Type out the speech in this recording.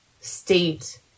state